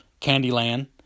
Candyland